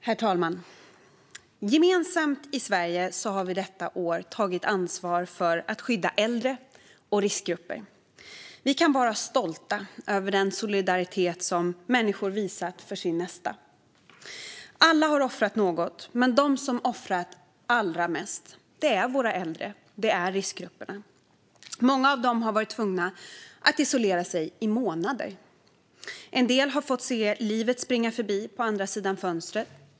Herr talman! Vi har gemensamt i Sverige detta år tagit ansvar för att skydda äldre och riskgrupper. Vi kan vara stolta över den solidaritet som människor visat med sin nästa. Alla har offrat något, men de som offrat allra mest är våra äldre och riskgrupperna. Många av dem har varit tvungna att isolera sig i månader. En del har fått se livet springa förbi på andra sidan fönstret.